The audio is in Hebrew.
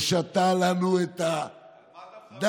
ושתה לנו את הדם.